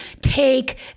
Take